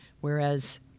whereas